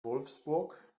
wolfsburg